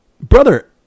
Brother